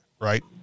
right